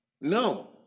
no